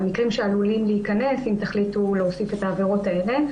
מקרים שעלולים להיכנס אם תחליטו להוסיף את העבירות האלה,